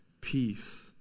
peace